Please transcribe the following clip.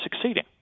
succeeding